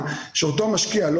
כנ"ל --- רולנד, אני שמח על התגובה.